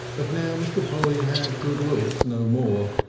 but now mr. polly had good looks no more,